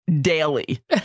daily